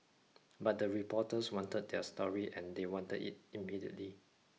but the reporters wanted their story and they wanted it immediately